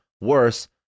worse